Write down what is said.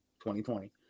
2020